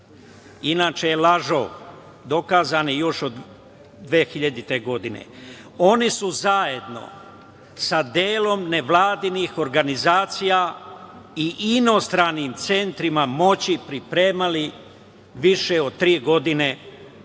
inače je lažov, dokazani još od 2000. godine. Oni su zajedno sa delom nevladinih organizacija i inostranim centrima moći pripremali više od tri godine ove